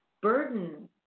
burden